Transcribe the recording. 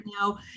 now